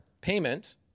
payment